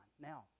Now